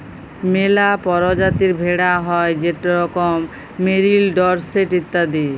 ম্যালা পরজাতির ভেড়া হ্যয় যেরকম মেরিল, ডরসেট ইত্যাদি